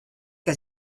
que